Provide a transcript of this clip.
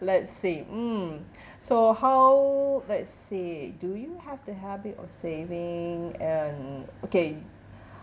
let's say mm so how let's say do you have the habit of saving and okay